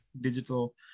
digital